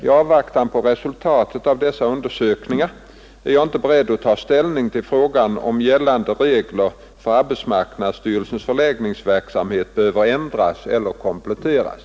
I avvaktan på resultatet av dessa undersökningar är jag inte beredd att ta ställning till frågan om gällande regler för arbetsmarknadsstyrelsens förläggningsverksamhet behöver ändras eller kompletteras.